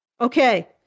Okay